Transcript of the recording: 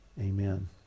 amen